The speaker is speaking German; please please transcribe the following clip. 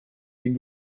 den